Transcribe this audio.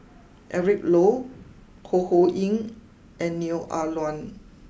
Eric Low Ho Ho Ying and Neo Ah Luan